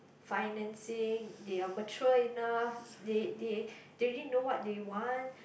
financing they are mature enough they they they already know what they want